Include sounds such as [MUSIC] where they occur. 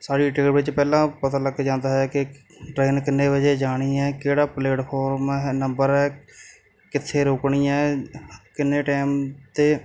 ਸਾਰੀ [UNINTELLIGIBLE] ਵਿੱਚ ਪਹਿਲਾਂ ਪਤਾ ਲੱਗ ਜਾਂਦਾ ਹੈ ਕਿ ਟਰੇਨ ਕਿੰਨੇ ਵਜੇ ਜਾਣੀ ਹੈ ਕਿਹੜਾ ਪਲੇਟਫੋਰਮ ਹੈ ਨੰਬਰ ਹੈ ਕਿੱਥੇ ਰੁਕਣੀ ਹੈ ਕਿੰਨੇ ਟੈਮ 'ਤੇ